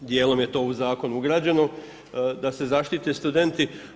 Dijelom je to u zakon ugrađeno da se zaštite studenti.